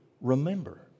Remember